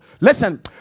Listen